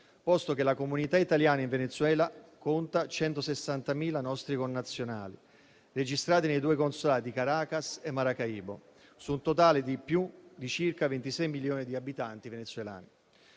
posto che la comunità italiana in Venezuela conta 160.000 nostri connazionali registrati nei due consolati, Caracas e Maracaibo, su un totale di più di circa 26 milioni di abitanti. Non si